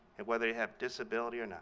and whether they have disability or and